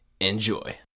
Enjoy